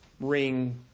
ring